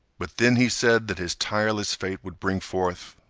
but then he said that his tireless fate would bring forth,